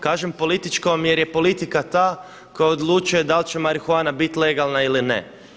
Kažem političkom jer je politika ta koja odlučuje da li će marihuana biti legalna ili ne.